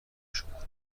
شمال